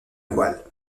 voile